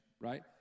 right